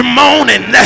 morning